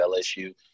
LSU